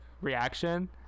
reaction